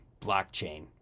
Blockchain